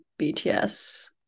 BTS